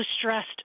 stressed